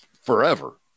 Forever